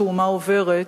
שאומה עוברת,